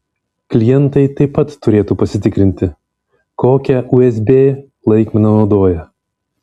klientai taip pat turėtų pasitikrinti kokią usb laikmeną naudoja